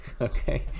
okay